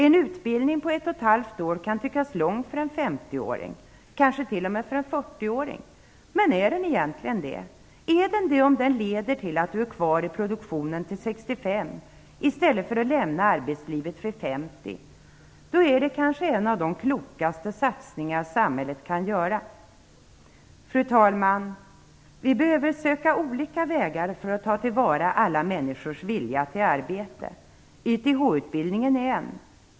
En utbildning på ett och ett halvt år kan tyckas lång för en femtioåring, kanske t.o.m. för en fyrtioåring, men är den egentligen det? Är den det om den leder till att man stannar kvar i produktionen till 65 års ålder i stället för att lämna arbetslivet vid 50 års ålder? Det är kanske en av de klokaste satsningar samhället kan göra. Fru talman! Vi behöver söka olika vägar för att ta tillvara alla människors vilja till arbete. YTH-utbildningen är en.